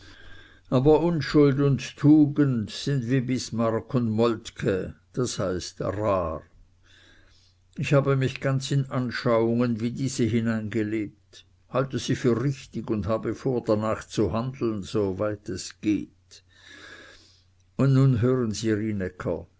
aber unschuld und tugend sind wie bismarck und moltke das heißt rar ich habe mich ganz in anschauungen wie diese hineingelebt halte sie für richtig und habe vor danach zu handeln soweit es geht und nun hören sie